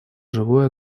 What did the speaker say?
живое